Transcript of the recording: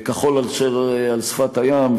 -- כחול אשר על שפת הים,